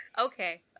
Okay